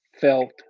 felt